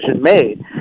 made